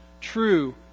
true